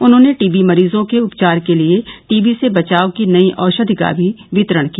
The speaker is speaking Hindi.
उन्होंने टीबी मरीजों के उपचार के लिये टीबी से बचाव की नई औषधि का भी वितरण किया